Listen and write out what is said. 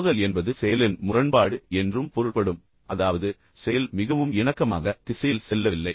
மோதல் என்பது செயலின் முரண்பாடு என்றும் பொருள்படும் அதாவது செயல் மிகவும் இணக்கமாக திசையில் செல்லவில்லை